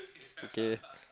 okay